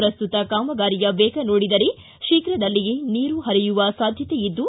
ಪ್ರಸ್ತುತ ಕಾಮಗಾರಿಯ ವೇಗ ನೋಡಿದರೆ ಶೀಘ್ರದಲ್ಲಿಯೇ ನೀರು ಹರಿಯುವ ಸಾಧ್ಯತೆ ಇದ್ದು